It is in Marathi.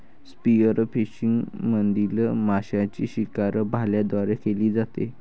स्पीयरफिशिंग मधील माशांची शिकार भाल्यांद्वारे केली जाते